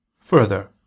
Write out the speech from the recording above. Further